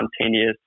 spontaneous